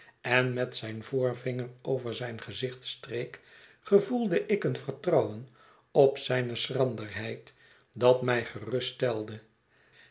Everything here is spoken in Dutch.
en met zijn voorvinger over zijn gezicht streek gevoelde ik een vertrouwen op zijne schranderheid dat mij